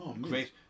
Great